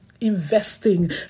investing